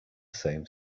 same